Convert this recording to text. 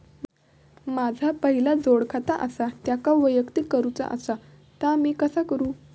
माझा पहिला जोडखाता आसा त्याका वैयक्तिक करूचा असा ता मी कसा करू?